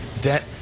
debt